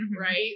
right